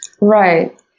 Right